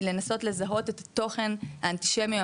לנסות לזהות את התוכן האנטישמי,